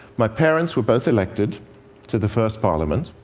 my parents were both elected to the first parliament,